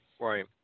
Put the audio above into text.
Right